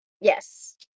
yes